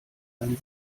ein